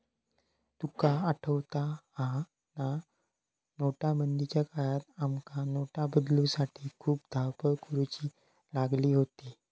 तुका आठवता हा ना, नोटबंदीच्या काळात आमका नोट बदलूसाठी खूप धावपळ करुची लागली होती